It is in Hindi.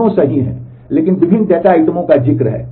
दोनों सही हैं लेकिन विभिन्न डेटा आइटमों का जिक्र है